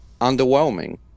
underwhelming